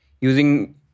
Using